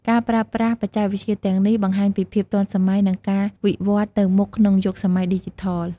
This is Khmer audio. ការប្រើប្រាស់បច្ចេកវិទ្យាទាំងនេះបង្ហាញពីភាពទាន់សម័យ និងការវិវឌ្ឍទៅមុខក្នុងយុគសម័យឌីជីថល។